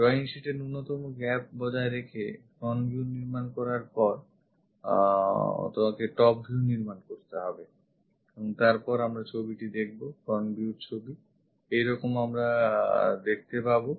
drawing sheet এ ন্যূনতম gap বজায় রেখে front view নির্মাণ করার পর তোমাকে top view নির্মাণ করতে হবে এবং তারপর আমরা ছবিটি দেখবো front view র ছবি এইরকম আমরা দেখতে পাবো